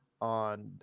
on